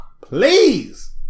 please